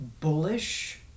bullish